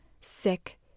sick